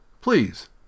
Please